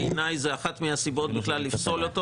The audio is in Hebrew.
בעיניי זה אחת מהסיבות בכלל לפסול אותו